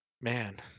man